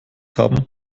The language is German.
haben